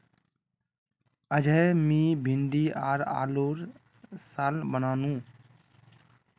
अयेज मी भिंडी आर आलूर सालं बनानु